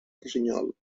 rossinyol